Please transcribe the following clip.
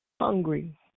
hungry